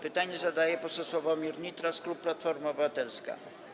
Pytanie zadaje poseł Sławomir Nitras, klub Platforma Obywatelska.